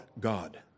God